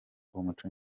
umuco